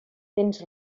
tens